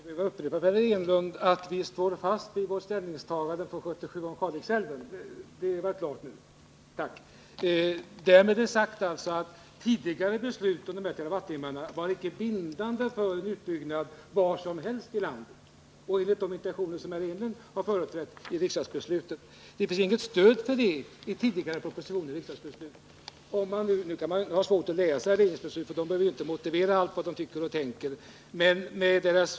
Herr talman! Jag trodde inte att jag skulle behöva upprepa för herr Enlund att vi står fast vid vårt ställningstagande från 1977 när det gäller Kalixälven. Med det beskedet är också sagt att tidigare beslut om antalet terawattimmar icke var bindande för utbyggnader var som helst i landet eller för de rekommendationer i riksdagsbeslutet som herr Enlund ställde sig bakom. Det finns inget stöd för en sådan tolkning i tidigare propositioner eller riksdagsbeslut. Nu kan det vara svårt att läsa regeringsbeslutet, eftersom man där inte behöver motivera alla de åsikter och tankar som man för fram.